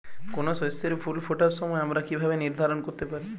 কোনো শস্যের ফুল ফোটার সময় আমরা কীভাবে নির্ধারন করতে পারি?